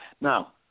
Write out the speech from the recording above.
Now